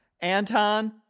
Anton